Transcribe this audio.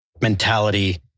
mentality